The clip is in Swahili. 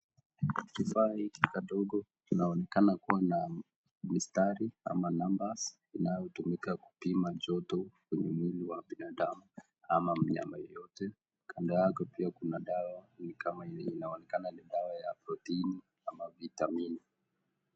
Kifaa hiki kidogo kinaonekana kuwa na mistari ama numbers inayoweza kutumika kupima joto mwilini wa binadamu ama mnyama yeyote .Kando yake pia kuna dawa ni kama inaonekana ni dawa ya protini ama vitamini .